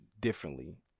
differently